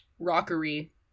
Rockery